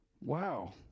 Wow